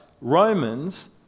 Romans